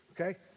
Okay